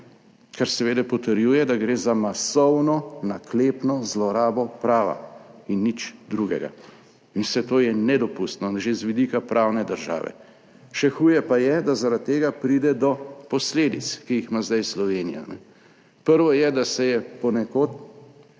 kar seveda potrjuje, da gre za masovno naklepno zlorabo prava in nič drugega. In vse to je nedopustno že z vidika pravne države. Še huje pa je, da zaradi tega pride do posledic, ki jih ima zdaj Slovenija. Prvo je, da se je ponekod